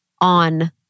on